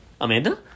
Amanda